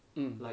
mm